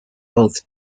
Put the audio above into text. both